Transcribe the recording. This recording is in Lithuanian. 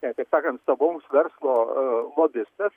jei taip sakant stambaus verslo lobistas